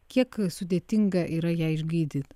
kiek sudėtinga yra ją išgydyt